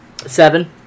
Seven